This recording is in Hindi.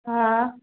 हाँ